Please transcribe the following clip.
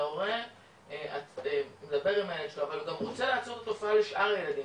ההורה ששם לב ודואג לילדו רוצה לעצור את התופעה לשאר הילדים,